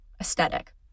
aesthetic